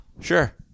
sure